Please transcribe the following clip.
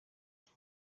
icyo